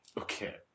okay